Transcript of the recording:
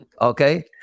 Okay